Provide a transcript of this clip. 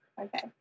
Okay